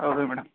ಹೌದು ಮೇಡಮ್